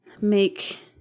make